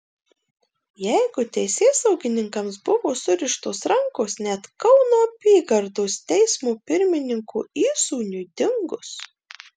jeigu teisėsaugininkams buvo surištos rankos net kauno apygardos teismo pirmininko įsūniui dingus